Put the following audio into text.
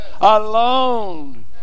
Alone